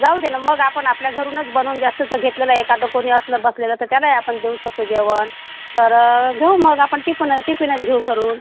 जाऊ दे ना मग आपण आपल्या घरूनच बनवून जास्तीचं घेतलेलं आहे एखादं कोणी असलं बसलेलं तर त्यालाही आपण देऊ शकतो जेवण तर घेऊ मग आपण टिफन टिफिनच घेऊ घरून